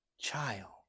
child